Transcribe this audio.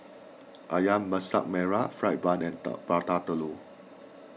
Ayam Masak Merah Fried Bun and Dao Prata Telur